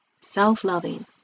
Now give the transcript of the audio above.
self-loving